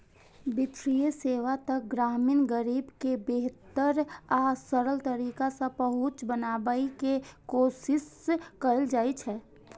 वित्तीय सेवा तक ग्रामीण गरीब के बेहतर आ सरल तरीका सं पहुंच बनाबै के कोशिश कैल जाइ छै